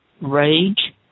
Rage